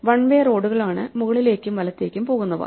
one way റോഡുകളാണ് മുകളിലേക്കും വലത്തേയ്ക്കും പോകുന്നവ